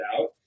out